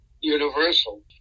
Universal